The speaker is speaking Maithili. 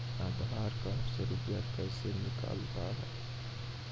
आधार कार्ड से रुपये कैसे निकलता हैं?